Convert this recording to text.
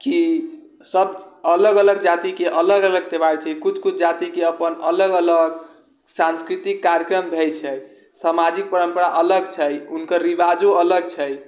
की सब अलग अलग जाति के अलग अलग त्योहार छै कुछ कुछ जाति के अपन अलग अलग सांस्कृतिक कार्यक्रम रहै छै सामाजिक परम्परा अलग छै हुनकर रिवाजों अलग छै